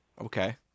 Okay